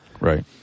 Right